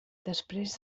després